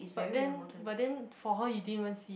but then but then for her you didn't even see